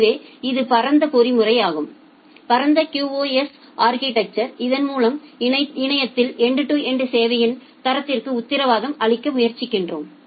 எனவே இது பரந்த பொறிமுறையாகும் பரந்த QoS அா்கிடெக்சா் இதன் மூலம் இணையத்தில் எண்டு டு எண்டு சேவையின் தரத்திற்கு உத்தரவாதம் அளிக்க முயற்சிக்கிறோம்